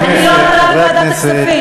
אני לא חברה בוועדת הכספים.